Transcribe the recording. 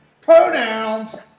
Pronouns